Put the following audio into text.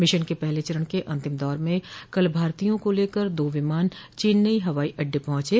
mission के पहले चरण के अंतिम दौर में कल भारतीयों को लेकर दो विमान चेन्नई हवाई अड्डे पहुंचे